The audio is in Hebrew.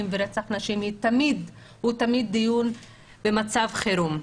ורצח נשים הוא תמיד דיון במצב חירום.